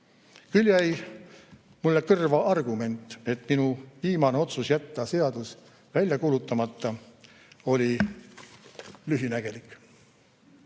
Küll jäi mulle kõrva argument, et minu viimane otsus jätta seadus välja kuulutamata oli lühinägelik.